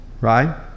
right